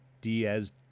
Diaz